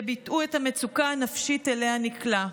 שביטאו את המצוקה הנפשית שאליה נקלע.